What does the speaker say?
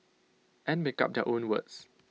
and make up their own words